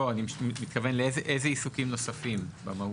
לא, אני מתכוון לאיזה עיסוקים נוספים במהות?